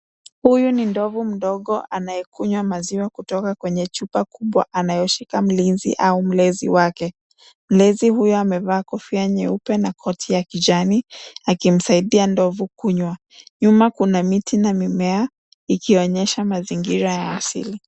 Huyu ni ndovu mdogo anayekunywa maziwa kutoka kwenye chupa kubwa anayoshika mlinzi au mlezi wake. Mlezi huyu amevaa kofia nyeupe na koti ya kijani akimsaidia ndovu kunywa. Nyuma kuna miti na mimea ikionyesha mazingira ya asili.